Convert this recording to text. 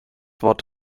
wort